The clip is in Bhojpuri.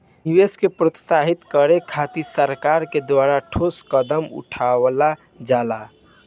निवेश के प्रोत्साहित करे खातिर सरकार के द्वारा ठोस कदम उठावल जाता